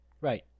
Right